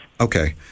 Okay